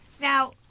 Now